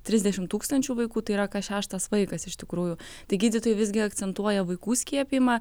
trisdešim tūkstančių vaikų tai yra kas šeštas vaikas iš tikrųjų tai gydytojai visgi akcentuoja vaikų skiepijimą